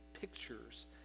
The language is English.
pictures